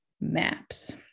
maps